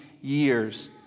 years